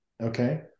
okay